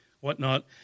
whatnot